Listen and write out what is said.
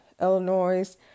Illinois